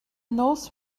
knows